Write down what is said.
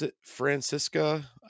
francisca